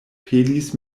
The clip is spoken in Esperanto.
pelis